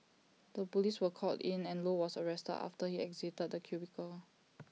the Police were called in and low was arrested after he exited the cubicle